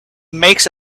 makes